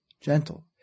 gentle